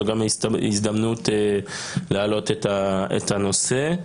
זו גם ההזדמנות להעלות את הנושא.